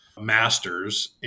master's